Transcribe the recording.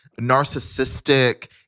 narcissistic